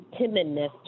timidness